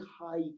high